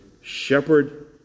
shepherd